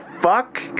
fuck